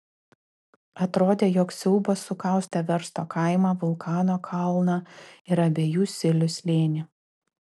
atrodė jog siaubas sukaustė versto kaimą vulkano kalną ir abiejų silių slėnį